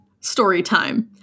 Storytime